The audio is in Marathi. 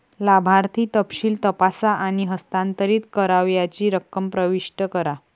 लाभार्थी तपशील तपासा आणि हस्तांतरित करावयाची रक्कम प्रविष्ट करा